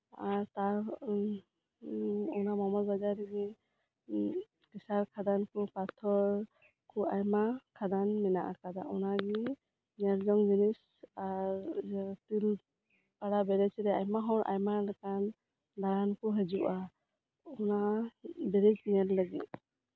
ᱟᱨ ᱛᱟᱣᱦᱚᱸ ᱚᱱᱟ ᱢᱚᱦᱚᱢᱚᱫᱽ ᱵᱟᱡᱟᱨ ᱨᱮᱜᱮ ᱠᱨᱮᱥᱟᱨ ᱠᱷᱟᱫᱟᱱᱠᱚ ᱯᱟᱛᱷᱚᱨ ᱠᱚ ᱟᱭᱢᱟ ᱠᱷᱟᱫᱟᱱ ᱢᱮᱱᱟᱜ ᱟᱠᱟᱫᱟ ᱚᱱᱟᱜᱮ ᱧᱮᱞᱡᱚᱝ ᱡᱤᱱᱤᱥ ᱟᱨ ᱤᱭᱟᱹ ᱛᱤᱞᱤ ᱯᱟᱲᱟᱵᱮᱨᱮᱡᱽ ᱨᱮ ᱟᱭᱢᱟ ᱦᱚᱲ ᱟᱭᱢᱟᱞᱮᱠᱟᱱ ᱫᱟᱲᱟᱱᱠᱚ ᱦᱤᱡᱩᱜᱼᱟ ᱚᱱᱟ ᱵᱮᱨᱮᱡᱽ ᱧᱮᱞᱞᱟᱹᱜᱤᱫ